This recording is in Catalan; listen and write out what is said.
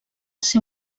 ser